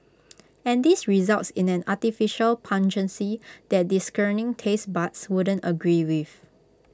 and this results in an artificial pungency that discerning taste buds wouldn't agree with